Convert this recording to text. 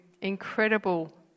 incredible